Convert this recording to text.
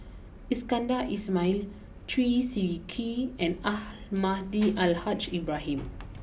Iskandar Ismail Chew Swee Kee and Almahdi Al Haj Ibrahim